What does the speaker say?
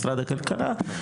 משרד הכלכלה.